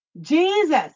Jesus